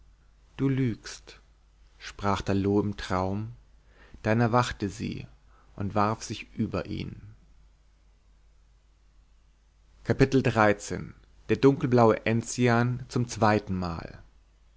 du lügst sprach da loo im traum dann erwachte sie und warf sich über ihn der dunkelblaue enzian zum zweiten mal